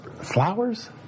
Flowers